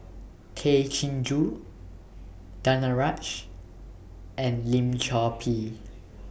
Tay Chin Joo Danaraj and Lim Chor Pee